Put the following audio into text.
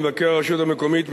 מבקר הרשות המקומית,